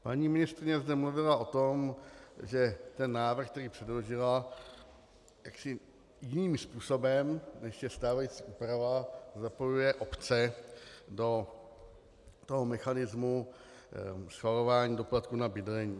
Paní ministryně zde mluvila o tom, že návrh, který předložila, jaksi jiným způsobem, než je stávající úprava, zapojuje obce do mechanismu schvalování doplatku na bydlení.